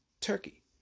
Turkey